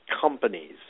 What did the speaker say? companies